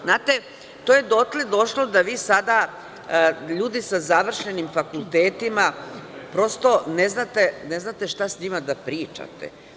Znate, to je dotle došlo da vi sada, ljudi sa završenim fakultetima, prosto ne znate šta sa njima da pričate.